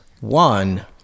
One